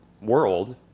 world